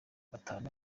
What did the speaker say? batanu